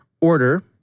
Order